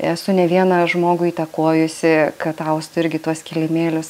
esu ne vieną žmogų įtakojusi kad austų irgi tuos kilimėlius